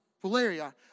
Valeria